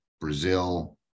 brazil